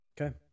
Okay